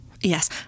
Yes